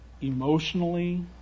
emotionally